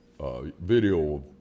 video